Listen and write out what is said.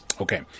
Okay